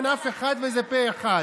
אין אף אחד, וזה פה אחד.